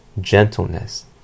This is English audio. gentleness